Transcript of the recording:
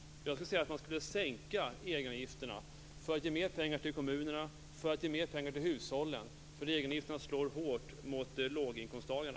Jag skulle vilja se att man sänkte egenavgifterna för att ge mer pengar till kommunerna och till hushållen, för egenavgifterna slår hårt mot låginkomsttagarna.